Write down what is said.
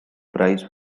prize